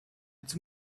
its